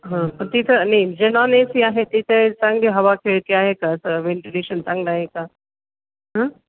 हां पण तिथं नाही जे नॉन ए सी आहे तिथे चांगली हवा खेळती आहे का असं वेंटिलेशन चांगलं आहे का हां